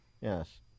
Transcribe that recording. Yes